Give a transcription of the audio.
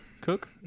cook